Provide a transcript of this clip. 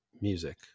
music